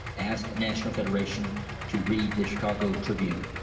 ask national federation to read the chicago tribune.